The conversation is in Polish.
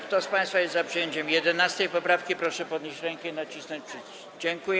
Kto z państwa jest za przyjęciem 11. poprawki, proszę podnieść rękę i nacisnąć przycisk.